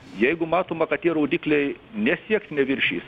jeigu matoma kad tie rodikliai nesieks neviršys